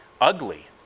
ugly